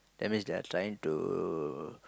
that's means they are trying to